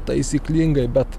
taisyklingai bet